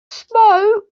smoke